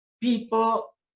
people